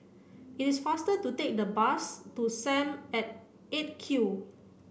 it is faster to take the bus to Sam at eight Q